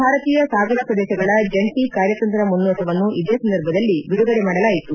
ಭಾರತೀಯ ಸಾಗರ ಪ್ರದೇಶಗಳ ಜಂಟಿ ಕಾರ್ಯತಂತ್ರ ಮುನ್ನೋಟವನ್ನು ಇದೇ ಸಂದರ್ಭದಲ್ಲಿ ಬಿಡುಗಡೆ ಮಾಡಲಾಯಿತು